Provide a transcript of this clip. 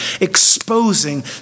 exposing